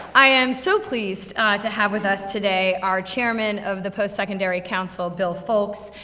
i am so pleased to have with us today, our chairman of the postsecondary council, bill foulkes.